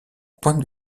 pointe